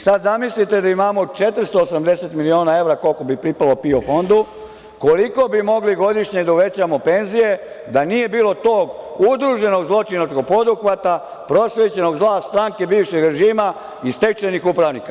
Sad zamislite da imamo 480 miliona evra, koliko bi pripalo PIO fondu, koliko bi mogli godišnje da uvećamo penzije da nije bilo tog udruženog zločinačkog poduhvata, prosvećenog zla, stranke bivšeg režima i stečajnih upravnika.